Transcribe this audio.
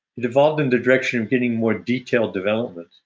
it evolved in the direction of getting more detailed development.